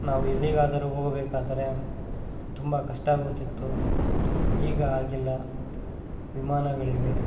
ನಾವು ಎಲ್ಲಿಗಾದರೂ ಹೋಗಬೇಕಾದರೆ ತುಂಬ ಕಷ್ಟ ಆಗುತ್ತಿತ್ತು ಈಗ ಹಾಗಿಲ್ಲ ವಿಮಾನಗಳಿವೆ